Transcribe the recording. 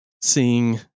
seeing